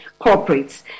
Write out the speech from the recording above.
corporates